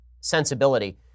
sensibility